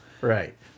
Right